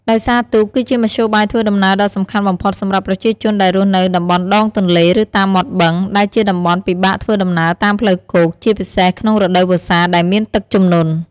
ដោយសារទូក គឺជាមធ្យោបាយធ្វើដំណើរដ៏សំខាន់បំផុតសម្រាប់ប្រជាជនដែលរស់នៅតំបន់ដងទន្លេ ឬតាមមាត់បឹង ដែលជាតំបន់ពិបាកធ្វើដំណើរតាមផ្លូវគោក ជាពិសេសក្នុងរដូវវស្សាដែលមានទឹកជំនន់។